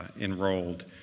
enrolled